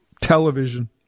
television